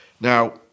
Now